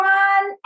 one